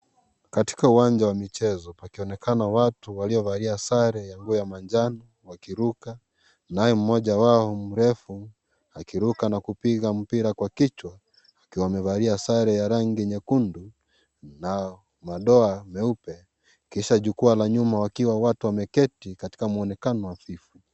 Katika uwanja wa michezo pakionekana watu waliovalia sare ya nguo ya manjano, wakiruka. Naye mmoja wao mrefu akiruka na kupiga mpira kwa kichwa akiwa amevalia sare ya rangi nyekundu na madoa meupe. Kisha jukwaa la nyuma wakiwa watu wameketi katika mwonekana hafifu.